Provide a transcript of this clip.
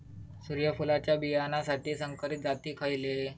सूर्यफुलाच्या बियानासाठी संकरित जाती खयले?